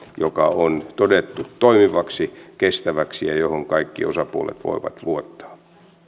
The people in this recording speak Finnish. joka on todettu toimivaksi kestäväksi ja johon kaikki osapuolet voivat luottaa